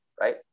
right